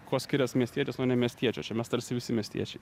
kuo skirias miestietis nuo nemiestiečio čia mes tarsi visi miestiečiai